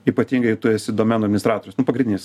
ypatingai jei tu esi domeno admistratorius nu pagrindinis